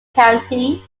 county